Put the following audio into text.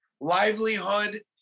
livelihood